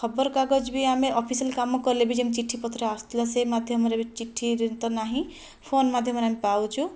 ଖବରକାଗଜ ବି ଆମେ ଅଫିସିଆଲି କାମ କଲେ ବି ଯେମିତି ଚିଠି ପତ୍ର ଆସୁଥିଲା ସେ ମାଧ୍ୟମରେ ବି ଚିଠିରେ ତ ନାହିଁ ଫୋନ୍ ମାଧ୍ୟମରେ ଆମେ ପାଉଛୁ